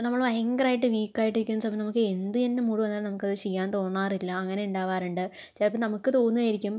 അപ്പോൾ നമ്മൾ ഭയങ്കരമായിട്ട് വീക്കായിട്ട് ഇരിക്കുന്ന സമയം നമുക്ക് എന്ത് തന്നെ മൂഡ് വന്നാലും നമുക്കത് ചെയ്യാൻ തോന്നാറില്ല അങ്ങനെ ഉണ്ടാവാറുണ്ട് ചിലപ്പം നമുക്ക് തോന്നുമായിരിക്കും